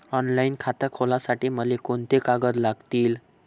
Online खातं खोलासाठी मले कोंते कागद लागतील?